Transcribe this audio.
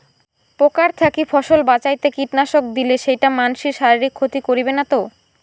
পোকার থাকি ফসল বাঁচাইতে কীটনাশক দিলে সেইটা মানসির শারীরিক ক্ষতি করিবে না তো?